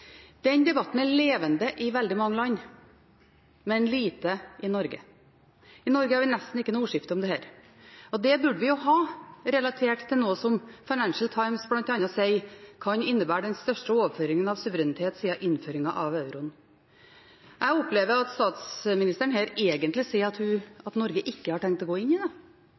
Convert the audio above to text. Den debatten er levende i veldig mange land, men lite i Norge. I Norge har vi nesten ikke noe ordskifte om dette. Det burde vi ha, relatert til noe som Financial Times bl.a. sier kan innebære den største overføringen av suverenitet siden innføringen av euro. Jeg opplever at statsministeren her egentlig sier at Norge ikke har tenkt å gå inn i